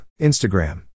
Instagram